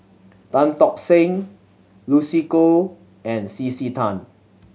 Tan Tock Seng Lucy Koh and C C Tan